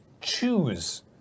choose